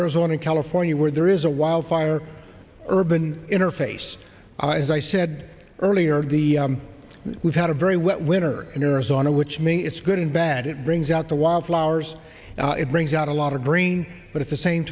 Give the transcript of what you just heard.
arizona california where there is a wildfire urban interface i said earlier the we've had a very wet winter in arizona which means it's good and bad it brings out the wildflowers and it brings out a lot of bring but at the same